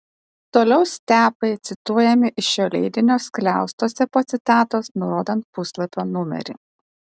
toliau stepai cituojami iš šio leidinio skliaustuose po citatos nurodant puslapio numerį